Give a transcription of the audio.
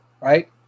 right